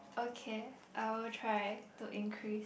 okay I'll try to increase